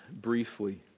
briefly